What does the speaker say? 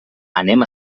anem